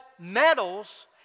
metals